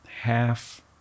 half